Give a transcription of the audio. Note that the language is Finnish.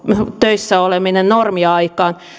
töissä oleminen normiaikaan